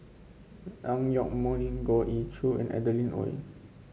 Ang Yoke Mooi Goh Ee Choo and Adeline Ooi